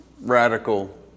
radical